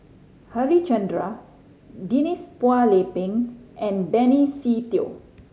Harichandra Denise Phua Lay Peng and Benny Se Teo